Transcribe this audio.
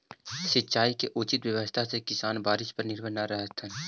सिंचाई के उचित व्यवस्था से किसान बारिश पर निर्भर न रहतथिन